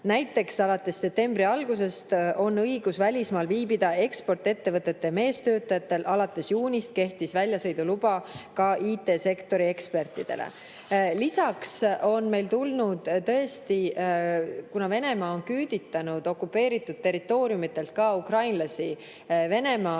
Näiteks on alates septembri algusest õigus välismaal viibida ekspordiettevõtete meestöötajatel, alates juunist kehtib väljasõiduluba ka IT‑sektori ekspertidele. Lisaks, kuna Venemaa on küüditanud okupeeritud territooriumidelt ka ukrainlasi Venemaale,